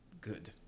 good